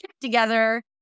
together